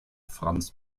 franz